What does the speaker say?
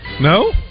No